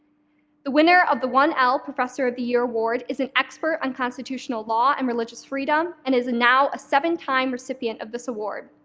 the winner of the one l professor of the year award is an expert on constitutional law and religious freedom, and is now a seven-time recipient of this award.